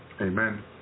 Amen